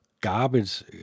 garbage